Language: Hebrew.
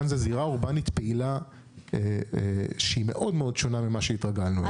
כאן זה זירה אורבנית פעילה שהיא שונה מאוד מכל מה שהתרגלנו אליו.